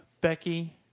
Becky